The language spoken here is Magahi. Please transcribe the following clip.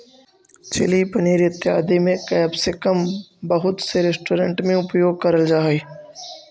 चिली पनीर इत्यादि में कैप्सिकम बहुत से रेस्टोरेंट में उपयोग करल जा हई